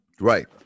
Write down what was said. right